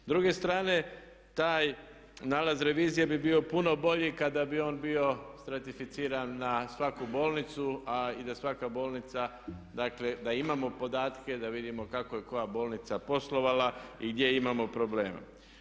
S druge strane taj nalaz revizije bi bio puno bolji kada bi on bio stratificiran na svaku bolnicu i da svaka bolnica dakle da imamo podatke da vidimo kako je koja bolnica poslovala i gdje imamo problema.